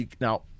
now